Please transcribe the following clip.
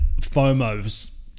FOMO's